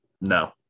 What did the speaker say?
No